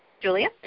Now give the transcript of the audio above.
Julia